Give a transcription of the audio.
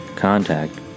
contact